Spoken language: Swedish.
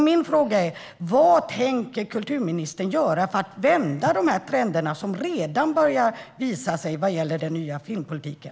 Min fråga är: Vad tänker kulturministern göra för att vända den trend som redan har börjat att visa sig vad gäller den nya filmpolitiken?